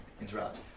interrupt